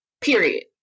period